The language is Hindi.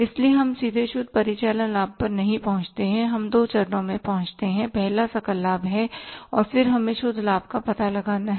इसलिए हम सीधे शुद्ध परिचालन लाभ पर नहीं पहुंचते हैं हम दो चरणों में पहुंचे थे पहला सकल लाभ है और फिर हमें शुद्ध लाभ का पता लगाना है